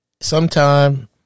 sometime